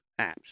apps